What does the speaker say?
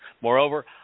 Moreover